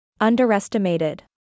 Underestimated